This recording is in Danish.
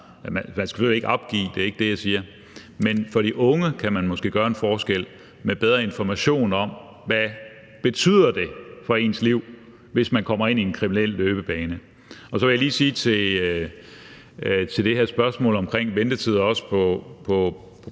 man skal selvfølgelig ikke opgive; det er ikke det, jeg siger – men for de unge kan man måske gøre en forskel med bedre information om, hvad det betyder for ens liv, hvis man kommer ind i en kriminel løbebane. Så vil jeg lige sige til det her spørgsmål om ventetider i Grønland,